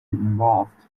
involved